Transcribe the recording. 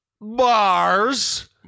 Bars